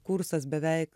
kursas beveik